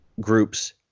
groups